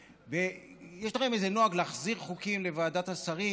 יש לכם איזה נוהג להחזיר חוקים לוועדת השרים,